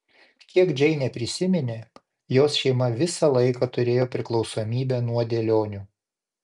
kiek džeinė prisiminė jos šeima visą laiką turėjo priklausomybę nuo dėlionių